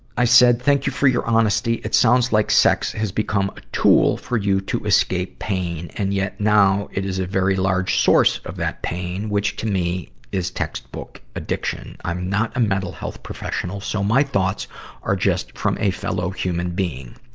i said, thank you for your honesty. it sounds like sex has become a tool for you to escape pain. and yet now, it is a very large source of that pain, which to me is textbook addiction. i'm not a mental health professional, so my thoughts are just from a fellow human being.